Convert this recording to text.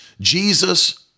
Jesus